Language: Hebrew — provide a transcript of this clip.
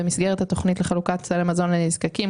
במסגרת התוכנית לחלוקת סלי מזון לנזקקים,